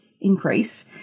increase